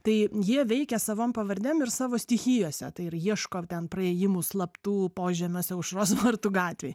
tai jie veikia savom pavardėm ir savo stichijose tai ir ieško ten praėjimų slaptų požemiuose aušros vartų gatvėj